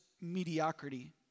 mediocrity